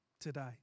Today